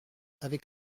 avec